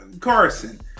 Carson